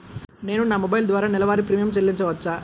నేను నా మొబైల్ ద్వారా నెలవారీ ప్రీమియం చెల్లించవచ్చా?